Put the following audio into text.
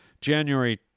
January